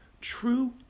true